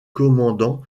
commandant